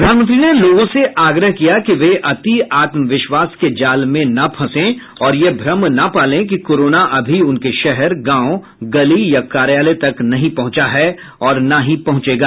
प्रधानमंत्री ने लोगों से आग्रह किया कि वे अति आत्म विश्वास के जाल में न फंसें और यह भ्रम न पालें कि कोरोना अभी उनके शहर गांव गली या कार्यालय तक नहीं पहुंचा है और न ही पहुंचेगा